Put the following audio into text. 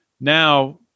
now